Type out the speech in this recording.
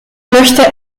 möchte